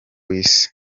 isi